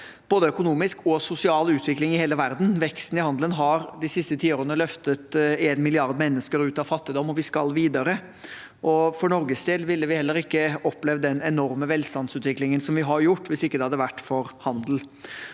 både økonomisk og sosial utvikling i hele verden. Veksten i handelen har de siste tiårene løftet en milliard mennesker ut av fattigdom, og vi skal videre. For Norges del ville vi heller ikke opplevd den enorme velstandsutviklingen som vi har gjort hvis det ikke hadde vært for handel.